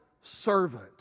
servant